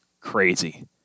crazy